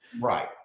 right